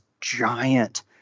giant